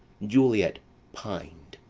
juliet pin'd.